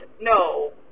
No